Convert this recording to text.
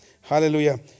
Hallelujah